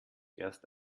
erst